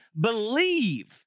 believe